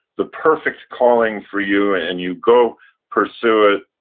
the perfect calling for you, and you go pursue it.